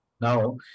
Now